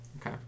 Okay